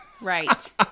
right